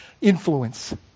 influence